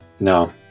No